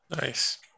Nice